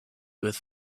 with